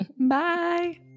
Bye